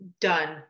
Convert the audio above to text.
done